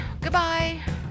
goodbye